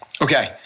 Okay